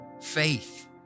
faith